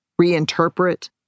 reinterpret